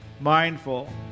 mindful